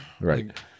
Right